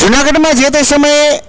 જૂનાગઢમાં જે તે સમયે